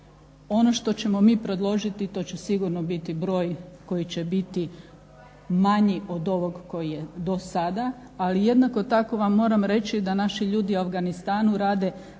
Ono što ćemo mi predložiti to će sigurno biti broj koji će biti manji od ovog koji je do sada, ali jednako tako vam moram reći da naši ljudi u Afganistanu radu